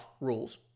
rules